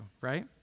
right